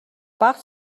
бага